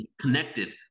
connected